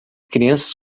crianças